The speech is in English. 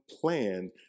plan